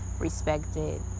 respected